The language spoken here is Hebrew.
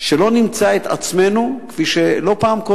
שלא נמצא את עצמנו, כפי שקורה לא פעם,